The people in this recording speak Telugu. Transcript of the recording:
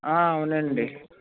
అవునండి